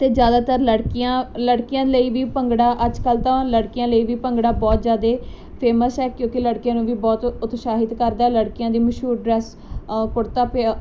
ਤੇ ਜ਼ਿਆਦਾਤਰ ਲੜਕੀਆਂ ਲੜਕੀਆਂ ਲਈ ਵੀ ਭੰਗੜਾ ਅੱਜ ਕੱਲ ਤਾਂ ਲੜਕੀਆਂ ਲਈ ਵੀ ਭੰਗੜਾ ਬਹੁਤ ਜਿਆਦੇ ਫੇਮਸ ਹੈ ਕਿਉਂਕਿ ਲੜਕੀਆਂ ਨੂੰ ਵੀ ਬਹੁਤ ਫੇਮਸ ਹੈ ਕਿਉਂਕਿ ਲੜਕੀਆਂ ਨੂੰ ਵੀ ਬਹੁਤ ਉਤਸਾਹਿਤ ਕਰਦੇ ਲੜਕੀਆਂ ਦੀ ਮਸ਼ਹੂਰ ਡਰੈਸ ਕੁਰਤਾ ਪ